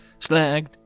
slagged